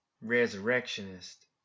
Resurrectionist